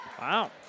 Wow